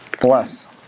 Bless